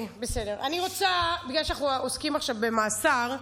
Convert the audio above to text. בגלל שאנחנו עוסקים עכשיו במאסר,